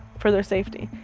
for their safety.